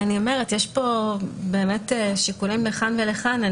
יש פה שיקולים לכאן ולכאן.